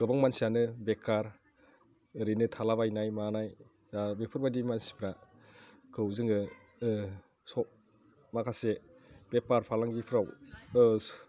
गोबां मानसियानो बेकार ओरैनो थालाबायनाय मानाय दा बेफोरबायदि मानसिफोरखौ जोङो माखासे बेफार फालांगिफ्राव